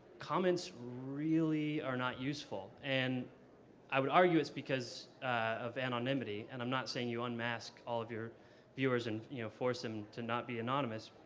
comments really are not useful. and i i would argue it's because of anonymity, and i'm not saying you unmask all of your viewers and you know force them to not be anonymous.